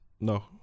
no